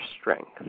strength